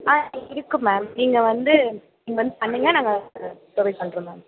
ஆ இருக்கு மேம் நீங்கள் வந்து நீங்கள் வந்து பண்ணுங்கள் நாங்கள் சர்வீஸ் பண்ணுறோம் மேம்